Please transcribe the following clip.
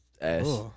Ass